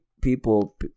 people